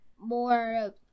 more